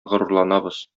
горурланабыз